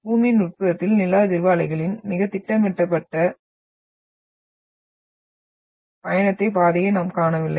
பூமியின் உட்புறத்தில் நில அதிர்வு அலைகளின் மிகவும் திட்டமிட்ட பயணப் பாதையை நாம் காணவில்லை